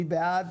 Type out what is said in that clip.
מי בעד?